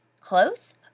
close